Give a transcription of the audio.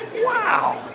wow.